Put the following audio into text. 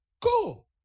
Cool